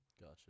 Gotcha